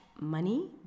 money